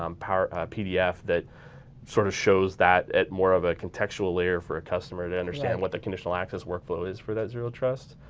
um pdf that sort of shows that at more of a contextual layer for a customer to understand. what the conditional access workflow is for that zero trust?